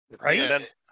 Right